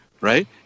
right